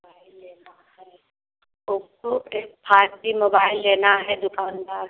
mobile लेना है हमको एक फाइव जी मोबाइल लेना है दुकानदार